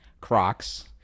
Crocs